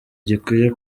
gikwiye